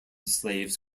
slaves